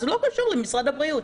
זה לא קשור למשרד הבריאות.